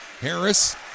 Harris